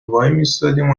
وایمیستادیم